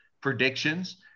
predictions